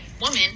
woman